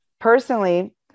personally